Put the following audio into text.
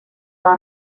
are